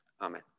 Amen